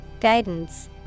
Guidance